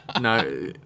No